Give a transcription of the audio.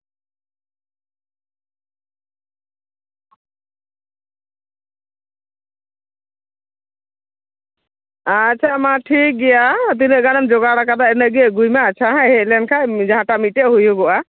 ᱟᱪᱪᱷᱟ ᱢᱟ ᱴᱷᱤᱠ ᱜᱮᱭᱟ ᱛᱤᱱᱟᱹᱜ ᱜᱟᱱᱮᱢ ᱡᱚᱜᱟᱲᱟᱠᱟᱫᱟ ᱤᱱᱟᱹᱜ ᱜᱮ ᱟᱹᱜᱩᱭ ᱢᱮ ᱟᱪᱪᱷᱟ ᱦᱮᱡ ᱞᱮᱱᱠᱷᱟᱡ ᱡᱟᱦᱟᱸᱴᱟᱜ ᱢᱤᱫᱴᱮᱡ ᱦᱩᱭᱩᱜᱚᱜᱼᱟ